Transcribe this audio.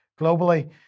globally